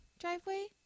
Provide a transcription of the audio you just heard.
driveway